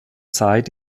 zeit